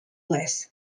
less